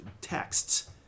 texts